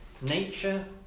nature